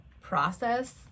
process